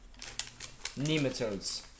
Nematodes